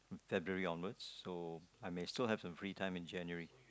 February onwards so I may still have free time in January